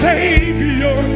Savior